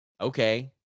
Okay